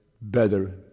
better